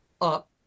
up